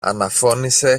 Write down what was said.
αναφώνησε